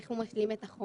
איך הוא משלים את החומר?